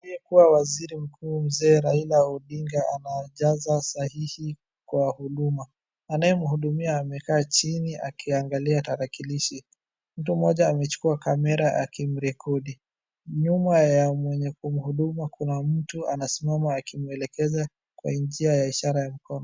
Aliyekuwa waziri mkuu mzee Raila Odinga anajaza sahihi kwa huduma. Anayemhudumia anakaa chini akiangalia tarakilishi. Mtu mmoja amechukuwa kamera akimrekodi. Nyuma ya mwenye kumhudumu kuna mtu anasimama akimwelekeza kwa njia ya ishara ya mikono.